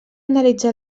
analitzar